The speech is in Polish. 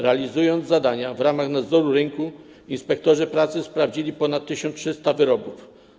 Realizując zadania w ramach nadzoru rynku, inspektorzy pracy sprawdzili ponad 1300 wyrobów.